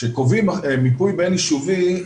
כשקובעים מיפוי בין-יישובי,